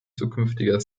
zukünftiger